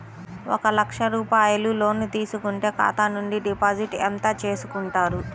ఒక లక్ష రూపాయలు లోన్ తీసుకుంటే ఖాతా నుండి డిపాజిట్ ఎంత చేసుకుంటారు?